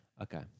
Okay